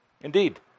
indeed